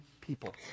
people